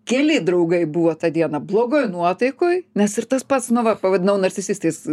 keli draugai buvo tą dieną blogoj nuotaikoj nes ir tas pats nu va pavadinau narcisistais